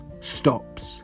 stops